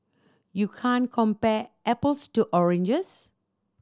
you can't compare apples to oranges